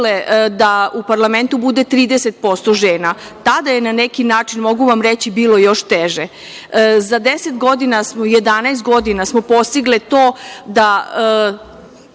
da u parlamentu bude 30% žena. Tada je, na neki način, mogu vam reći, bilo još teže.Za jedanaest godina smo postigle to da